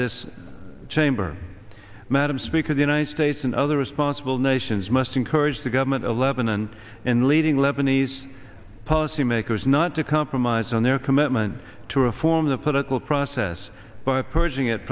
this chamber madam speaker the united states and other responsible nations must encourage the government of lebanon in leading lebanese policy makers not to compromise on their commitment to reform the political process by purging it